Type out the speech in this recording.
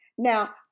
Now